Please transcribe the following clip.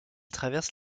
traverse